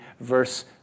verse